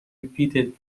repeated